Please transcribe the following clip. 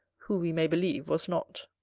who we may believe was not.